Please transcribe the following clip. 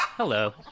Hello